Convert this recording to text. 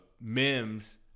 Mims